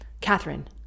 Catherine